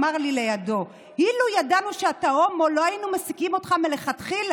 אמר לי לידו: אילו ידענו שאתה הומו לא היינו מעסיקים אותך מלכתחילה?